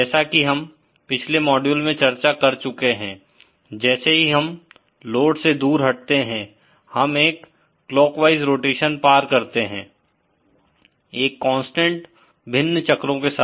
जैसा की हम पिछले मॉड्यूल मैं चर्चा कर चुके हैं जैसे ही हम लोड से दूर हटते हैं हम एक क्लॉकवाइज रोटेशन पार करते हैं एक कांस्टेंट भिन्न चक्रों के साथ